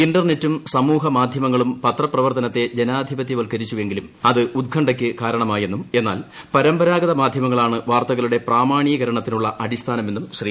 ഇന്റർനെറ്റും സമൂഹ് മാധ്യമങ്ങളും പത്ര പ്രവർത്തനത്തെ ജനാധിപത്യ വൽക്കരിച്ചുവെങ്കിലും അത് ഉത്കണ്ഠയ്ക്ക് കാരണമായെന്നും എന്നാൽ പരമ്പരാഗത മാധ്യമങ്ങളാണ് വാർത്തകളുടെ പ്രാമാണികരണത്തിനുള്ള അടിസ്ഥാനമെന്നും ശ്രീ